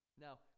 Now